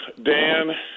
Dan